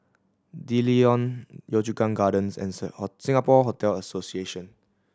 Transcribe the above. D'Leedon Yio Chu Kang Gardens and Saint Singapore Hotel Association